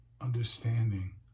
understanding